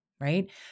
right